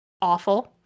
awful